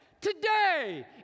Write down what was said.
Today